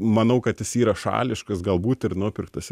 manau kad jis yra šališkas galbūt ir nupirktas